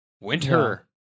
winter